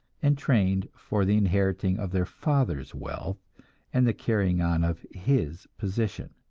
and trained for the inheriting of their father's wealth and the carrying on of his position.